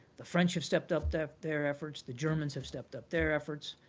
the french have stepped up their their efforts, the germans have stepped up their efforts.